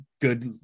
good